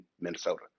Minnesota